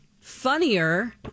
funnier